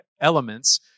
elements